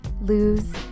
Lose